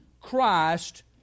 Christ